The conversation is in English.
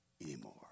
anymore